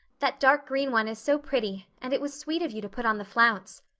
that dark-green one is so pretty and it was sweet of you to put on the flounce.